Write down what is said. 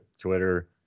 Twitter